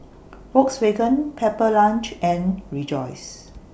Volkswagen Pepper Lunch and Rejoice